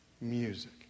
music